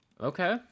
Okay